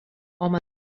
home